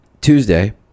Tuesday